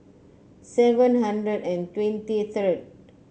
seven hundred and twenty third